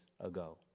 ago